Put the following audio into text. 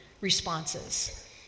responses